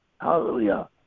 Hallelujah